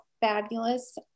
fabulous